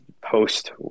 post